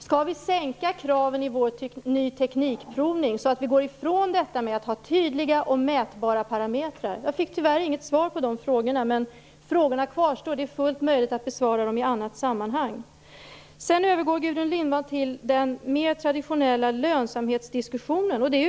Skall vi sänka kraven i vår nya teknikprovning så att vi går ifrån detta med att ha tydliga och mätbara parametrar? Tyvärr har jag inte fått svar på de frågorna. Frågorna kvarstår dock, så det är fullt möjligt att besvara dem i annat sammanhang. Gudrun Lindvall går också in på den mera tradionella lönsamhetsdiskussionen.